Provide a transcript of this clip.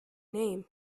name